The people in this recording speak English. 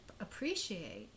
appreciate